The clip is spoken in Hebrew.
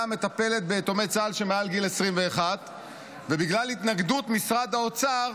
מטפלת ביתומי צה"ל מעל גיל 21. בגלל התנגדות משרד האוצר